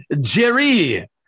Jerry